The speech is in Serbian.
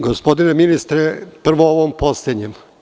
Gospodine ministre, prvo o ovom poslednjem.